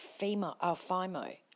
FIMO